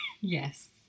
Yes